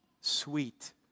sweet